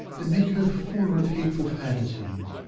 and make her full of hateful fantasies.